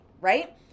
right